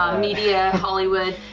um media, hollywood.